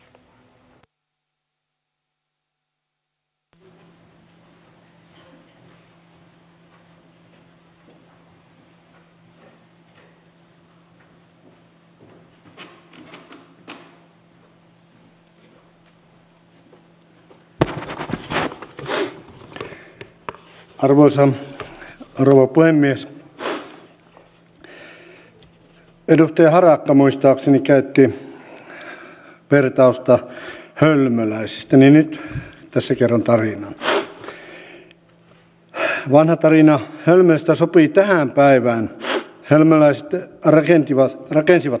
kun kunnilta aikanaan kysyttiin tätä mitä ne olisivat valmiit siirtämään muualle niin ainakin omassa kaupungissani tuli erittäin lukuisia esityksiä niistä tehtävistä